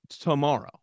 tomorrow